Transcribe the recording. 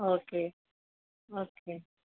okay okay